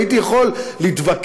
הייתי יכול להתווכח,